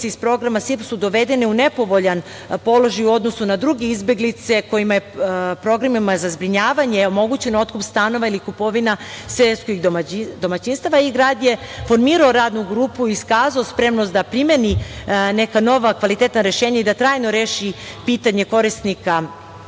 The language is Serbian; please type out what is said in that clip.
iz Programa SIRP su dovedeni u nepovoljan položaj u odnosu na druge izbeglice kojima je programima za zbrinjavanje omogućen otkup stanova ili kupovima seoskih domaćinstava i grad je formirao Radnu grupu i iskazao spremnost da primeni neka nova kvalitetna rešenja i da trajno reši pitanje korisnika